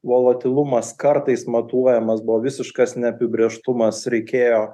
volotylumas kartais matuojamas buvo visiškas neapibrėžtumas reikėjo